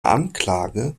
anklage